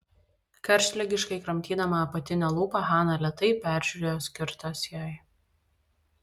karštligiškai kramtydama apatinę lūpą hana lėtai peržiūrėjo skirtas jai